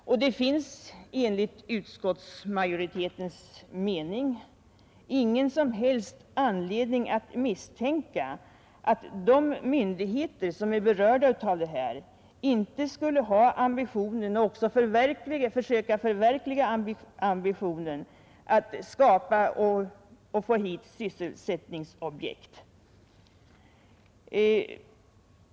Och det finns enligt utskottsmajoritetens mening ingen som helst anledning att misstänka att de myndigheter som är berörda inte skulle ha ambitionen — och även skulle försöka förverkliga ambitionen — att skapa och få dit sysselsättningsobjekt.